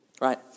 right